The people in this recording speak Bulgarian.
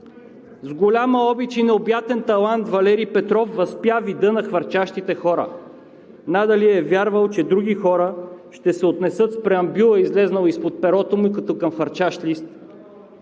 С голяма обич и необятен талант Валери Петров възпя вида на хвърчащите хора. Някои хора ще се отнесат с Преамбюла, излязъл изпод перото му, като към хвърчащ лист,